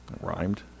Rhymed